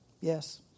yes